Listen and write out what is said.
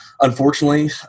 unfortunately